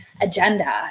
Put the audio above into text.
agenda